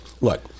look